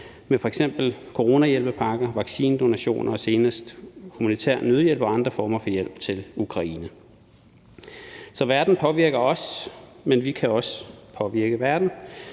med f.eks. coronahjælpepakker, vaccinedonationer og senest humanitær nødhjælp og andre former for hjælp til Ukraine. Så verden påvirker os, men vi kan også påvirke verden,